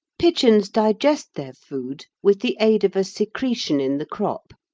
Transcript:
pigeons digest their food with the aid of a secretion in the crop,